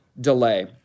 delay